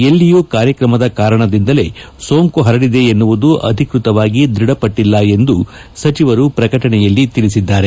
ಎಲ್ಲಿಯೂ ಕಾರ್ಯಕ್ರಮದ ಕಾರಣದಿಂದಲೇ ಸೋಂಕು ಹರಡಿದೆಯೆನ್ನುವುದು ಅಧಿಕ್ಸತವಾಗಿ ದ್ಬಢಪಟ್ಟಿಲ್ಲ ಎಂದು ಸಚಿವರು ಪ್ರಕಟಣೆಯಲ್ಲಿ ತಿಳಿಸಿದ್ದಾರೆ